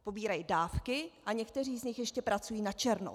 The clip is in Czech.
Pobírají dávky a někteří z nich ještě pracují načerno.